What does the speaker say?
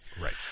Right